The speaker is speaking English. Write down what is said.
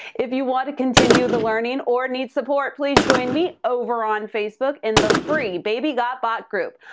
if you want to continue the learning, or need support, please join me over on facebook in the free baby got bot group.